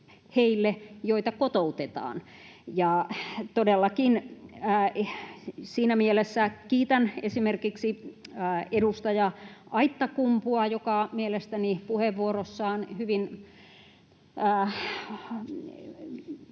heille, joita kotoutetaan. Todellakin siinä mielessä kiitän esimerkiksi edustaja Aittakumpua, joka mielestäni puheenvuorossaan hyvin